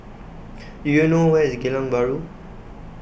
Do YOU know Where IS Geylang Bahru